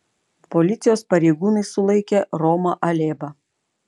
policijos pareigūnai sulaikė romą alėbą